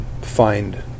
find